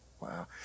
wow